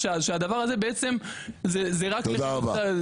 תודה רבה.